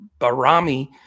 Barami